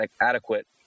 adequate